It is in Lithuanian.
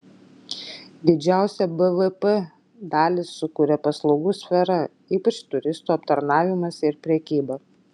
didžiausią bvp dalį sukuria paslaugų sfera ypač turistų aptarnavimas ir prekyba